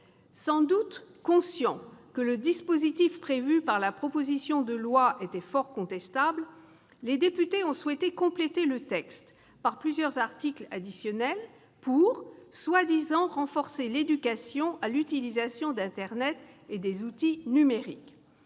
Sans doute conscients que le dispositif de la proposition de loi était fort contestable, les députés ont souhaité compléter le texte par plusieurs articles additionnels pour- prétendument -renforcer l'éducation à l'utilisation d'internet et des outils numériques.